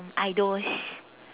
idols